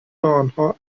آنها